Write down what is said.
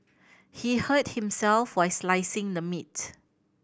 he hurt himself while slicing the meat